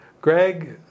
Greg